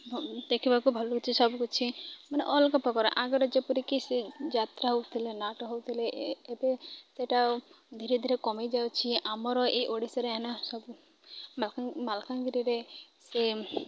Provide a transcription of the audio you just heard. ଦେଖିବାକୁ ଭଲ ଲୁଛିି ସବୁକିଛି ମାନେ ଅଲଗା ପ୍ରକାର ଆଗରେ ଯେପରିକି ସେ ଯାତ୍ରା ହଉଥିଲା ନାଟ ହଉଥିଲା ଏବେ ସେଟା ଧୀରେ ଧୀରେ କମିଯାଉଛି ଆମର ଏଇ ଓଡ଼ିଶାରେ ଏନା ସବୁ ମାଲକାନଗିରିରେ ସେ